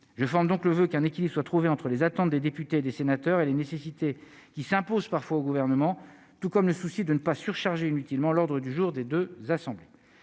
je fais donc le voeu qu'un équilibre soit trouvé entre les attentes des députés et des sénateurs et les nécessités qui s'impose parfois au gouvernement, tout comme le souci de ne pas surcharger inutilement l'ordre du jour des 2 assemblées,